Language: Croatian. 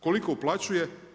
Koliko uplaćuje?